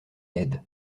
ned